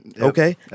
Okay